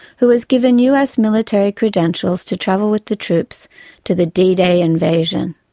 who was given us military credentials to travel with the troops to the d-day invasion.